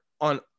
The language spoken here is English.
on